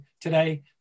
today